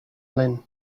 lin